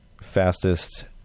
fastest